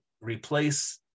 replace